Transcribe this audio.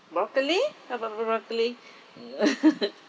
broccoli have a broccoli